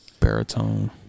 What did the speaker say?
Baritone